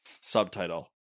Subtitle